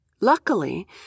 Luckily